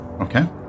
Okay